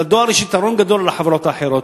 לדואר יש יתרון גדול על החברות האחרות,